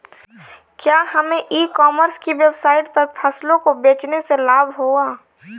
क्या हमें e commerce की वेबसाइट पर फसलों को बेचने से लाभ होगा?